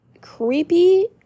creepy